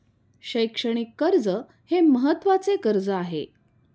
शैक्षणिक कर्ज हे महत्त्वाचे कर्ज आहे